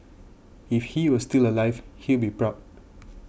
if he was still alive he'd be proud